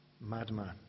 madman